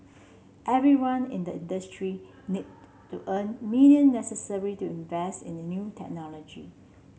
everyone in the industry need to earn billion necessary to invest in the new technology